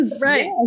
Right